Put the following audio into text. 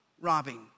robbing